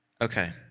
okay